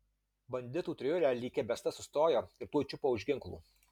banditų trijulė lyg įbesta sustojo ir tuoj čiupo už ginklų